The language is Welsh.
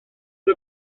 bws